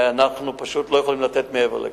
ואנחנו פשוט לא יכולים לתת מעבר לכך.